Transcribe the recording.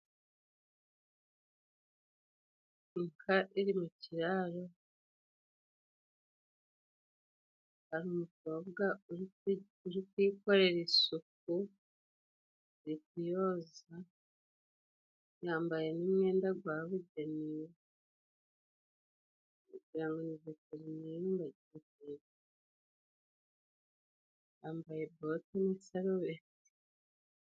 Inka iri mu kiraro hari umukobwa uri kuyikorera isuku ,ari kuyoza yambaye n'umwenda gwabugenewe , wagira ngo ni veterineri yambaye bote n'isarubeti.